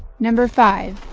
number five.